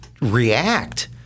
react